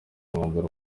umwanzuro